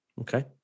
Okay